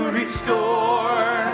restore